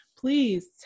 Please